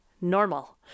normal